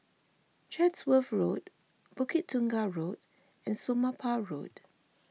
Chatsworth Road Bukit Tunggal Road and Somapah Road